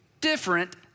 different